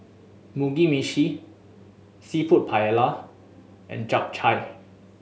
Mugi Meshi Seafood Paella and Japchae